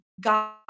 god